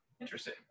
interesting